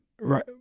Right